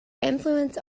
influence